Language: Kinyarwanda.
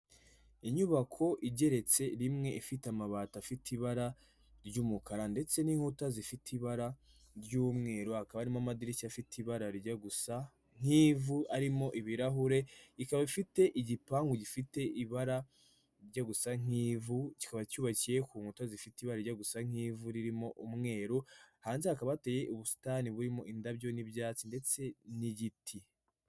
Inyubako igeretse rimwe ifite amabati afite ibara ry'umukara, ndetse n'inkuta zifite ibara ry'umweru, hakaba harimo amadirishya afite ibara rijya gusa nk'ivu arimo ibirahure ikaba ifite igipangu gifite ibara ryo gusa nk'ivu kikaba cyubakiye ku nkuta zifite ibara gusa nk'ivu ririmo umweru, hanze hakabateye ubusitani burimo indabyo n'ibyatsi ndetse n'igiti.